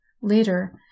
Later